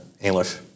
English